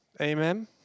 Amen